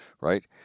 right